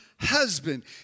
Husband